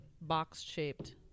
box-shaped